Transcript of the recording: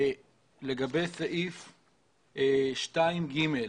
לגבי סעיף 2(ג).